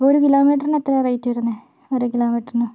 ഒരു കിലോമീറ്ററിന് എത്രയാണ് റേറ്റ് വരുന്നത് ഒരു കിലോമീറ്ററിന്